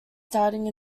starting